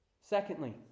Secondly